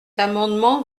amendement